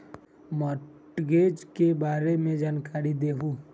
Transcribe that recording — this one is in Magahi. मॉर्टगेज के बारे में जानकारी देहु?